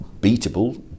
beatable